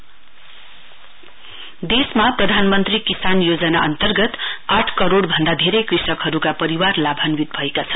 PM Kisan देशमा प्रधानमन्त्री किसान योजना अन्तर्गत आठ करोड़ भन्दा धेरै कृषकहरूका परिवार लाभान्वित भएका छन्